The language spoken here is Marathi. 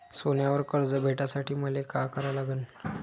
सोन्यावर कर्ज भेटासाठी मले का करा लागन?